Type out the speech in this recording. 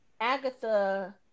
Agatha